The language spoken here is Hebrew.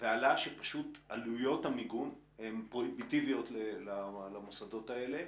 ועלה שפשוט עלויות המיגון פרוהיביטיביות למוסדות האלה.